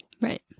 Right